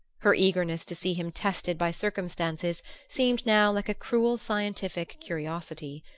her eagerness to see him tested by circumstances seemed now like a cruel scientific curiosity.